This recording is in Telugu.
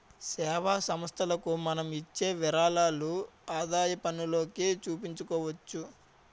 సేవా సంస్థలకు మనం ఇచ్చే విరాళాలు ఆదాయపన్నులోకి చూపించుకోవచ్చు